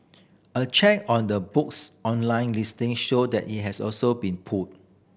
a check on the book's online listing showed that it has also been pulled